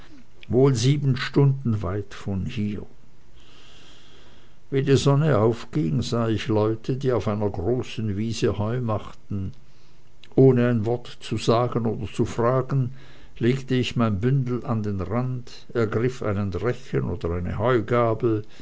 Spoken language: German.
wohl sieben stunden weit von hier wie die sonne aufging sah ich leute die auf einer großen wiese heu machten ohne ein wort zu sagen oder zu fragen legte ich mein bündel an den rand ergriff einen rechen oder eine heugabel